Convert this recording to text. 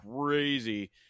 crazy